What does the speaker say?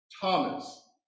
Thomas